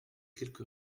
quelque